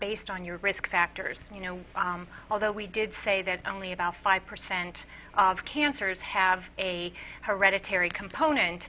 based on your risk factors you know although we did say that only about five percent of cancers have a hereditary component